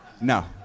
No